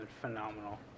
phenomenal